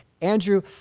Andrew